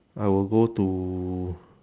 I will go to